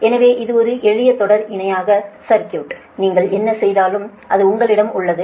எனவே இது ஒரு எளிய தொடர் இணையான சர்க்யூட் நீங்கள் என்ன செய்தாலும் அது உங்களிடம் உள்ளது